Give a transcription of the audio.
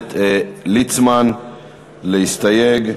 הכנסת ליצמן להסתייג.